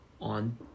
on